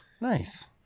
Nice